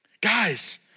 Guys